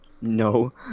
no